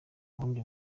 bundi